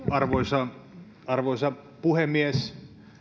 arvoisa arvoisa puhemies